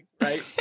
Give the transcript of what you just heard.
right